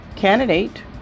candidate